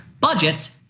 budgets